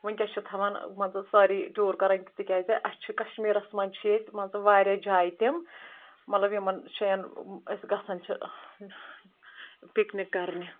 ونۍکٮ۪س چھ تھاوان مان ژٕ سٲری ٹوٗر کران تِکیازِ اَسۍ چھ کٔشمیِرس منز چھ ییٚتہِ مان ژٕ واریاہ جایہِ تمِ مطلب یمن جاین ٲسۍ گژھان چھ پکنک کرنہِ